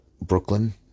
Brooklyn